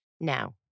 Now